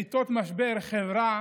בעיתות משבר חברה